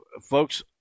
folks